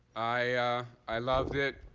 i i loved it.